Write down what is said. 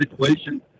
situation